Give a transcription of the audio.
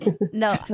No